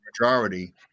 majority